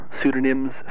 pseudonyms